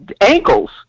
ankles